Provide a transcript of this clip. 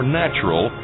natural